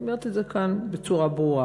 אני אומרת את זה כאן בצורה ברורה.